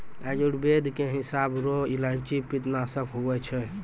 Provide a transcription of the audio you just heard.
आयुर्वेद के हिसाब रो इलायची पित्तनासक हुवै छै